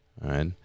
Right